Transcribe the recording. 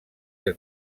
que